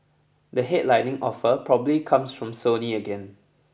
the headlining offer probably comes from Sony again